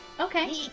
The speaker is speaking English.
Okay